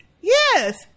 yes